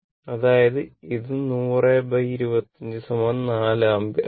അതായത് അത് 100 25 4 ആമ്പിയർ ആണ്